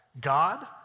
God